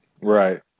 Right